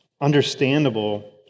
understandable